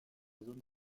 zone